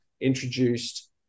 introduced –